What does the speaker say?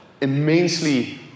immensely